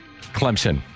Clemson